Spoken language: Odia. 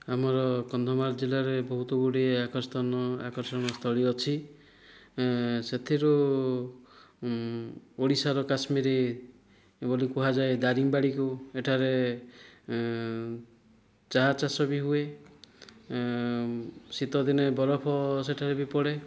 ଆମର କନ୍ଧମାଳ ଜିଲ୍ଲାରେ ବହୁତ ଗୁଡ଼ିଏ ଆକର୍ଷଣୀୟ ସ୍ଥଳି ଅଛି ସେଥିରୁ ଓଡ଼ିଶାର କାଶ୍ମୀର ବୋଲି କୁହାଯାଏ ଦାରିଙ୍ଗବାଡ଼ିକୁ ଏଠାରେ ଚା ଚାଷ ବି ହୁଏ ଶୀତ ଦିନେ ବରଫ ସେଠାରେ ବି ପଡ଼େ